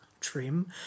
trim